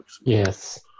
Yes